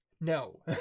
No